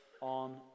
on